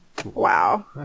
Wow